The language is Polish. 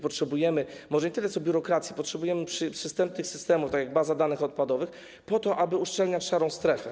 Potrzebujemy może nie tyle biurokracji, potrzebujemy przystępnych systemów, tak jak baza danych odpadowych, po to, aby uszczelniać szarą strefę.